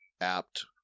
apt